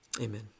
Amen